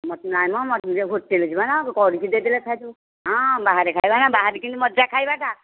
ନାଇଁମ ହୋଟେଲ୍ ଯିବାନା କରିକି ଦେଇଦେଲେ ହଁ ବାହାରେ ଖାଇବା ବାହାରେ କେମିତି ମଜା ଖାଇବାଟା